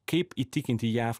kaip įtikinti jav